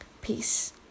Peace